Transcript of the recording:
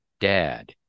Dad